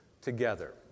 together